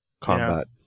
combat